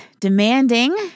demanding